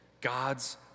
God's